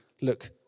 look